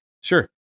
Sure